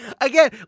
Again